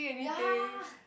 ya